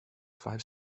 five